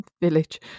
village